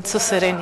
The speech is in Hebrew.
אנצו סרני,